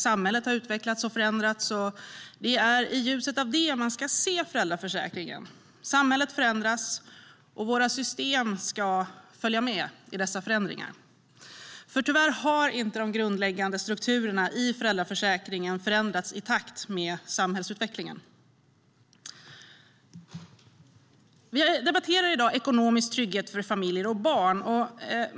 Samhället har utvecklats och förändrats, och det är i ljuset av det man ska se föräldraförsäkringen. Samhället förändras, och våra system ska följa med i dessa förändringar. Men tyvärr har inte de grundläggande strukturerna i föräldraförsäkringen förändrats i takt med samhällsutvecklingen. Vi debatterar i dag ekonomisk trygghet för familjer och barn.